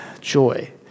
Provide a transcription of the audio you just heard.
Joy